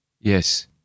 Yes